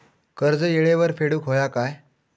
कर्ज येळेवर फेडूक होया काय?